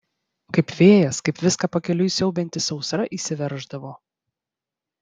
kaip vėjas kaip viską pakeliui siaubianti sausra įsiverždavo